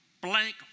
blank